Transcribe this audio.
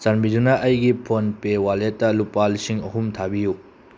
ꯆꯥꯟꯕꯤꯗꯨꯅ ꯑꯩꯒꯤ ꯐꯣꯟꯄꯦ ꯋꯥꯜꯂꯦꯠꯇ ꯂꯨꯄꯥ ꯂꯤꯁꯤꯡ ꯑꯍꯨꯝ ꯊꯥꯕꯤꯌꯨ